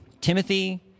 Timothy